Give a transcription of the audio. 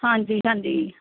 ਹਾਂਜੀ ਹਾਂਜੀ